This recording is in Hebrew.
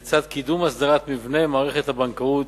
לצד קידום הסדרת מבנה מערכת הבנקאות